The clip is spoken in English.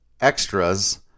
extras